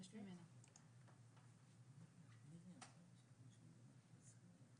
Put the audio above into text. האם ידוע לכם על הפניה שאנחנו מדברים עליה כרגע?